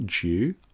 due